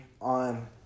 on